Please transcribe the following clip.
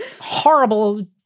horrible